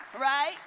right